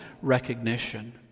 recognition